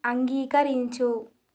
అంగీకరించు